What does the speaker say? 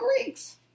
Greeks